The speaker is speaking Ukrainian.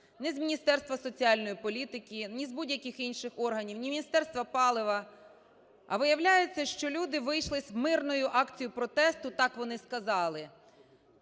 ні з Міністерства соціальної політики, ні з будь-яких інших органів, ні Міністерства палива. А виявляється, що люди вийшли з мирною акцією протесту, так вони сказали,